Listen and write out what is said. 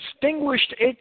distinguished